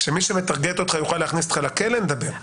כשמי שמטרגט אותך יוכל להכניס אותך לכלא, נדבר.